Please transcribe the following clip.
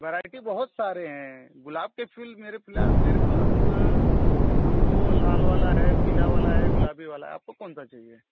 variety बहुत सारे हें गुलाब के फिल मेरे फ्लास मेरे फ्लास आपको लाल वाला है पीला वाला है गुलाबी वाला है आपको कौन सा चाहिए